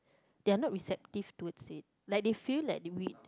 they are not receptive towards it like they feel like